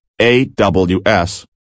AWS